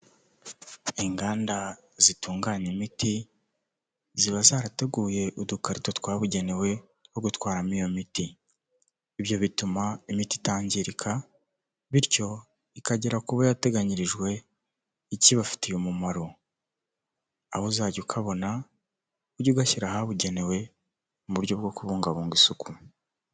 Inganda zitunganya imiti, ziba zarateguye udukarito twabugenewe two gutwaramo iyo miti, ibyo bituma imiti itangirika bityo ikagera ku bo yateganyirijwe, ikibifitiye umumaro, aho uzajya ukabona ujye ugashyira ahabugenewe mu buryo bwo kubungabunga isuku.